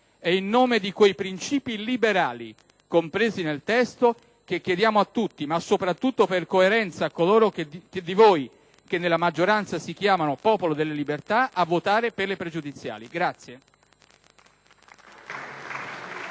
È in nome di quei principi liberali, compresi nel testo, che chiediamo a tutti, ma soprattutto, per coerenza, a coloro di voi che nella maggioranza si chiamano Popolo della Libertà, a votare per le pregiudiziali.